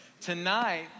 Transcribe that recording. Tonight